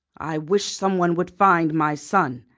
i wish some one would find my son.